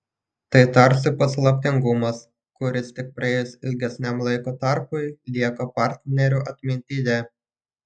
tai tarsi paslaptingumas kuris tik praėjus ilgesniam laiko tarpui lieka partnerių atmintyje